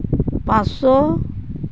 ᱯᱟᱸᱥᱥᱳ